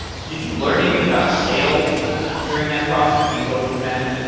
did you learn anything about sales during that process when you build kismatic?